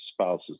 spouse's